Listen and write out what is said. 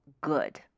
good